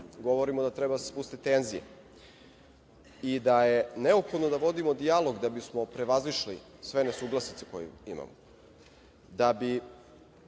Govorimo da treba da se spusti tenzija i da je neophodno da vodimo dijalog da bismo prevazišli sve nesuglasice koje imamo, da bi